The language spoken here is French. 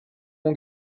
mon